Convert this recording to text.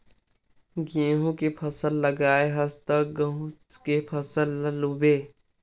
गहूँ के फसल लगाए हस त गहूँच के फसल ल लूबे